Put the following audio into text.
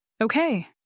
Okay